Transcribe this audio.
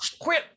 quit